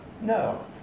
No